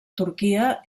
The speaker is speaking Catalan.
turquia